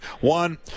one